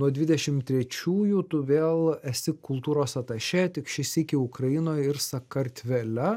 nuo dvidešim trečiųjų tu vėl esi kultūros atašė tik šį sykį ukrainoj ir sakartvele